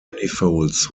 manifolds